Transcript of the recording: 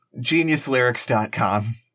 GeniusLyrics.com